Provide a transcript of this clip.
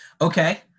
Okay